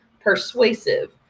persuasive